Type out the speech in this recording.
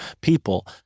people